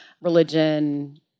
religion